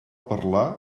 parlar